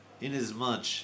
inasmuch